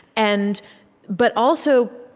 and but also,